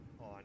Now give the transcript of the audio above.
on